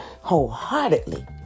wholeheartedly